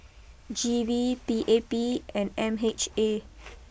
G V P A P and M H A